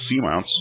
seamounts